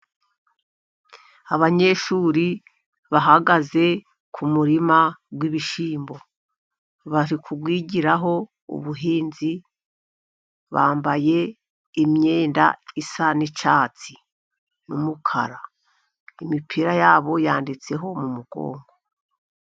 Abanyeshuri bahagaze ku murima w'ibishyimbo bari kuwigiraho ubuhinzi , bambaye imyenda isa n'icyatsi n'umukara, imipira yabo yanditseho mu mugongo.